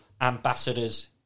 ambassador's